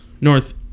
North